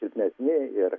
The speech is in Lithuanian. silpnesni ir